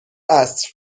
عصر